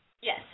Yes